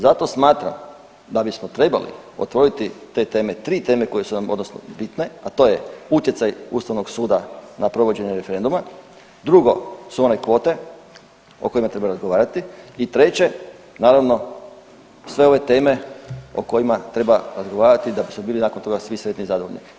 Zato smatram da bismo trebali otvoriti te teme, tri teme koje su nam odnosno bitne, a to je utjecaj ustavnog suda na provođenje referenduma, drugo su one kvote o kojima treba razgovarati i treće naravno sve ove teme o kojima treba razgovarati da bismo bili nakon toga svi sretni i zadovoljni.